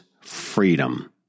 freedom